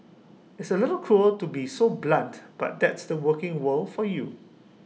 it's A little cruel to be so blunt but that's the working world for you